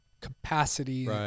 capacity